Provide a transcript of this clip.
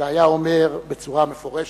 אלא היה אומר בצורה מפורשת: